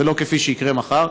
ולא כפי שיקרה מחר.